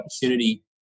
opportunity